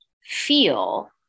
feel